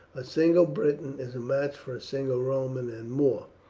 a single briton is a match for a single roman, and more.